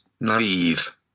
naive